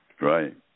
right